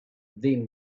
then